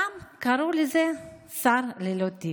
פעם קראו לזה "שר ללא תיק",